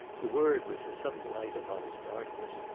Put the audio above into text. the word was a sudden light upon his darkness.